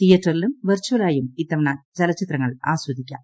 തിയേറ്ററിലും വെർചലായും ഇത്തവണ ചലച്ചിത്രങ്ങൾ ആസ്വദിക്കാം